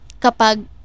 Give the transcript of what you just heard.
kapag